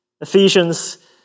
Ephesians